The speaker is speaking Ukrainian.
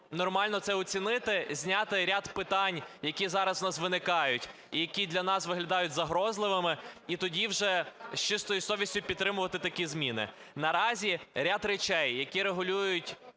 нормально це оцінити, зняти ряд питань, які зараз у нас виникають і які для нас виглядають загрозливими, і тоді вже з чистою совістю підтримувати такі зміни. Наразі, ряд речей, які регулюють